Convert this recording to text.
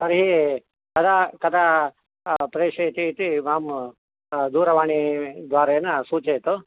तर्हि कदा कदा प्रेषयति इति मां दूरवाणी द्वारा सूचयतु